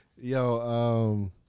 Yo